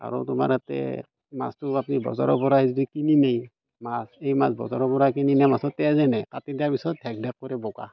আৰু তোমাৰ ইয়াতে মাছটো যদি আপুনি বজাৰৰ পৰা কিনি নিয়ে মাছ এই মাছ বজাৰৰ পৰা কিনি নিয়া মাছত কি হয় জানে কাটি দিয়াৰ পিছত ঢেকঢেক কৰি বগা